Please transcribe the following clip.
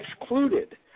excluded